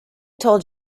told